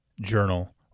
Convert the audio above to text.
journal